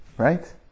right